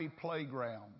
playground